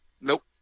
Nope